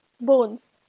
bones